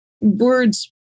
words